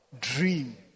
dream